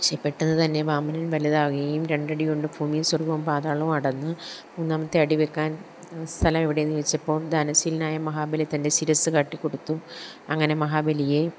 പക്ഷെ പെട്ടെന്നു തന്നെ വാമനൻ വലുതാവുകയും രണ്ടടി കൊണ്ട് ഭൂമിയും സ്വർഗ്ഗവും പാതാളവും അടന്ന് മൂന്നാമത്തെ അടിവയ്ക്കാൻ സ്ഥലം എവിടടെയെന്നു ചോദിച്ചപ്പോൾ ദാനശീലനായ മഹാബലി തൻ്റെ ശിരസ്സ് കാട്ടിക്കൊടുത്തു അങ്ങനെ മഹാബലിയെ